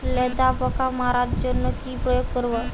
লেদা পোকা মারার জন্য কি প্রয়োগ করব?